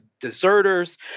deserters